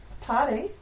Party